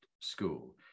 school